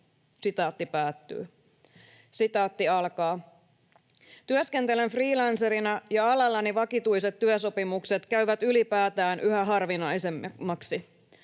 asumistukea on 560 euroa.” ”Työskentelen freelancerina, ja alallani vakituiset työsopimukset käyvät ylipäätään yhä harvinaisemmiksi.